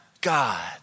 God